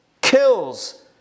kills